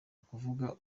ukuvuga